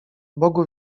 bogu